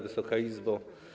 Wysoka Izbo!